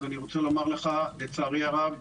לצערי הרב,